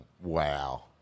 wow